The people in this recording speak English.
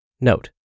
Note